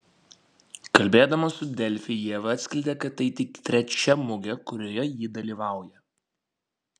kalbėdama su delfi ieva atskleidė kad tai tik trečia mugė kurioje ji dalyvauja